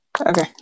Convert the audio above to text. Okay